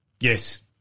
Yes